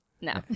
No